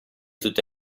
tutte